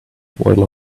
while